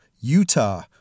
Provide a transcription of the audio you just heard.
Utah